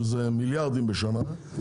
מיליארדים בשנה.